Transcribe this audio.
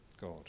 God